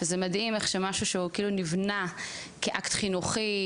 שזה מדהים איך שמשהו שהוא כביכול נבנה כאקט חינוכי,